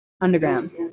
Underground